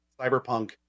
Cyberpunk